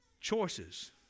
choices